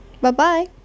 Bye-bye